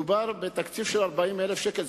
מדובר בתקציב של 40,000 שקל.